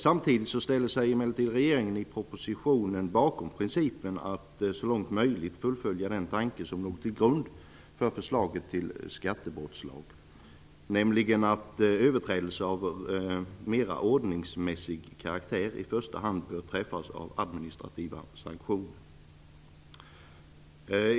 Samtidigt ställer sig emellertid regeringen i propositionen bakom principen att så långt som möjligt fullfölja den tanke som låg till grund för förslaget till skattebrottslag, nämligen att överträdelser av mera ordningsmässig karaktär i första hand bör träffas av administrativa sanktioner.